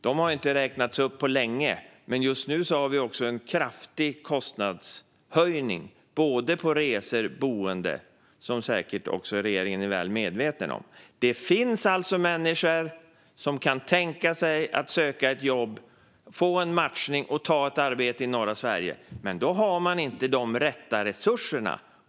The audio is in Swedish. De har inte räknats upp på länge. Just nu har vi dessutom en kraftig kostnadshöjning på både resor och boende, vilket regeringen säkert är väl medveten om. Det finns alltså människor som kan tänka sig att söka ett jobb - att få en matchning till ett arbete - i norra Sverige, men då finns inte resurserna.